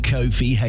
Kofi